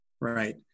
Right